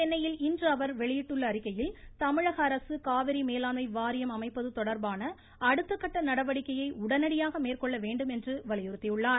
சென்னையில் இன்று அவர் வெளியிட்டுள்ள அறிக்கையில் தமிழக அரசு காவிரி மேலாண்மை வாரியம் அமைப்பது தொடர்பான அடுத்த கட்ட நடவடிக்கையை உடனடியாக மேற்கொள்ள வேண்டும் என வலியுறுத்தியுள்ளார்